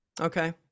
Okay